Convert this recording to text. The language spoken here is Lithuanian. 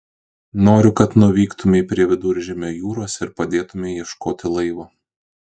noriu kad nuvyktumei prie viduržemio jūros ir pradėtumei ieškoti laivo